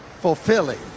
fulfilling